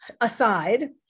aside